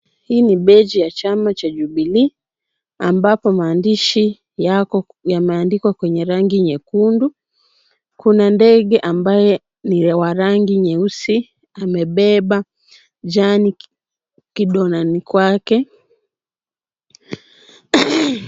Hii ni beji ya chama cha Jubilee. Ambapo maandishi yako yame andikwa kwenye rangi nyekundu. Kuna ndege ambaye ni wa rangi nyeusi amebeba jani kidomoni kwake.